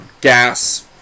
gas